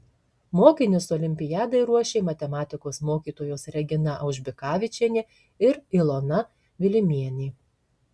mokinius olimpiadai ruošė matematikos mokytojos regina aužbikavičienė ir ilona vilimienė